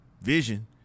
vision